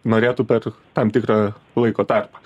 norėtų per tam tikrą laiko tarpą